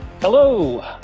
Hello